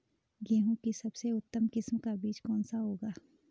गेहूँ की सबसे उत्तम किस्म का बीज कौन सा होगा?